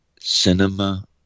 cinema